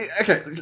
Okay